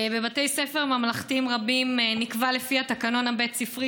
בבתי ספר ממלכתיים רבים נקבע לפי התקנון הבית ספרי